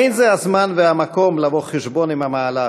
אין זה הזמן והמקום לבוא חשבון על המהלך,